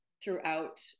throughout